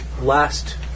last